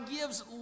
gives